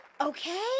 Okay